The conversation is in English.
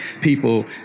people